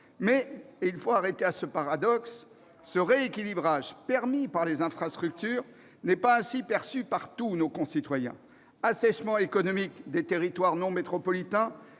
Mais, et il faut s'arrêter sur ce paradoxe, ce rééquilibrage permis par les infrastructures n'est pas ainsi perçu par tous nos concitoyens. Assèchement économique des territoires non métropolitains,